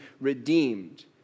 redeemed